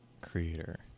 creator